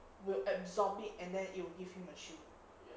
will absorb it and then it'll will give him a shield